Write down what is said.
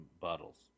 bottles